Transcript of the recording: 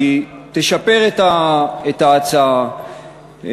תשפר את ההצעה,